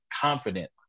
confident